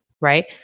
right